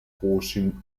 portion